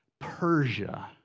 Persia